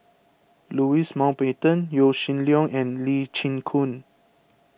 Louis Mountbatten Yaw Shin Leong and Lee Chin Koon